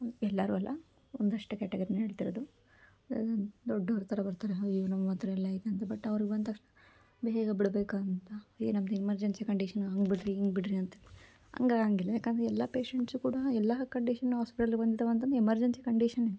ಎಲ್ಲರೂ ಅಲ್ಲ ಒಂದಷ್ಟು ಕೆಟಗರಿ ನಾನು ಹೇಳ್ತಿರೋದು ದೊಡ್ಡವ್ರ ಥರ ಬರ್ತಾರೆ ಹೋ ಏನೋ ನಮ್ಮ ಹತ್ತಿರ ಎಲ್ಲ ಐತೆ ಅಂತ ಬಟ್ ಅವರು ಬಂದ ತಕ್ಷಣ ಬೇಗ ಬಿಡಬೇಕಂತ ಏಯ್ ನಮ್ದು ಎಮರ್ಜೆನ್ಸಿ ಕಂಡೀಷನ್ ಹಂಗೆ ಬಿಡಿರಿ ಹಿಂಗೆ ಬಿಡಿರಿ ಅಂತ ಹಂಗ್ ಆಗೋಂಗಿಲ್ಲ ಯಾಕಂದ್ರೆ ಎಲ್ಲ ಪೇಶೆಂಟ್ಸು ಕೂಡ ಎಲ್ಲರ ಕಂಡೀಷನ್ ಹಾಸ್ಪೆಟ್ಲ್ಗೆ ಬಂದಿದ್ದಾವಂತಂದರೆ ಎಮರ್ಜೆನ್ಸಿ ಕಂಡೀಷನ್ನೇ